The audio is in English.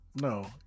no